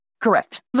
Correct